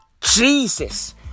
Jesus